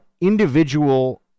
individual